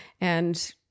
And-